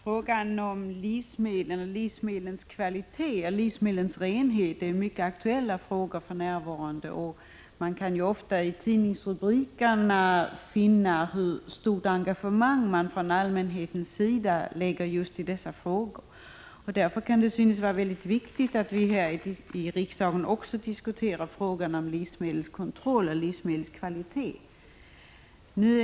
Herr talman! Frågorna om livsmedlens kvalitet och renhet är för närvarande mycket aktuella. Man kan ofta i tidningsartiklar läsa om allmänhetens stora engagemang i dessa frågor. Därför är det viktigt att också vi här i riksdagen diskuterar frågan om livsmedelskontroll och livsmedelskvalitet.